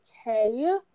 okay